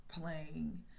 playing